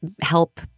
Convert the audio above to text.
help